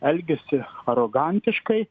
elgiasi arogantiškai